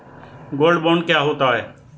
Gold bond क्या होता है?